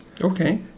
Okay